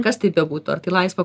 kas tai bebūtų ar tai laisva